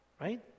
Right